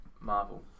Marvel